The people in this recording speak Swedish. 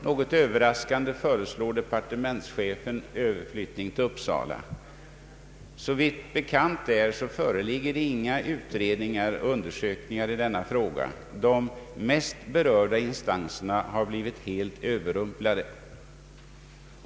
Något överraskande föreslår departementschefen överflyttning till Uppsala. Såvitt är bekant föreligger det inga utredningar och undersökningar i denna fråga. De mest berörda instanserna har blivit helt överrumplade.